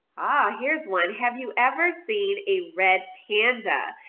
ah here's one. have you ever seen a red panda?